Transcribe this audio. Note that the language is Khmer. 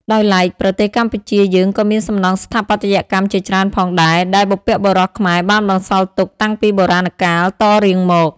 ដោយឡែកប្រទេសកម្ពុជាយើងក៏មានសំណង់ស្ថាបត្យកម្មជាច្រើនផងដែរដែលបុព្វបុរសខ្មែរបានបន្សល់ទុកតាំងពីបុរាណកាលតរៀងមក។